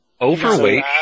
overweight